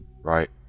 Right